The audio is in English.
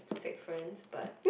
fake friends but